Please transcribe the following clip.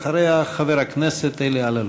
אחריה, חבר הכנסת אלי אלאלוף.